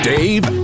Dave